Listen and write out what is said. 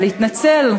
ולהתנצל,